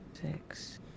six